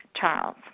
Charles